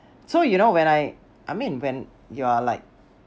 so you know when I I mean when you are like